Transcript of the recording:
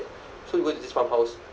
so we go to this farmhouse